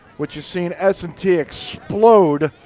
which has seen s and t explode.